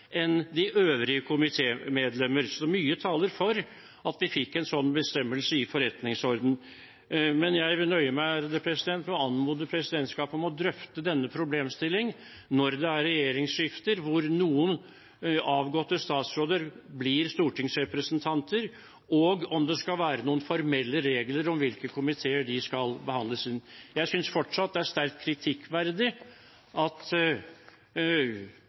enn de øvrige komitémedlemmer. Mye taler for at vi får en sånn bestemmelse i forretningsordenen. Jeg nøyer meg med å anmode presidentskapet om å drøfte denne problemstilling når det er regjeringsskifter hvor noen avgåtte statsråder blir stortingsrepresentanter, og om det skal være noen formelle regler for hvilke komiteer de skal inn i. Jeg synes fortsatt det er sterkt kritikkverdig at